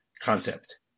concept